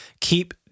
Keep